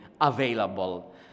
available